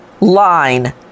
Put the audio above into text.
line